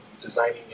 designing